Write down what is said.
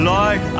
Lord